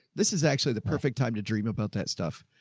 this is actually the perfect time to dream about that stuff.